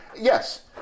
Yes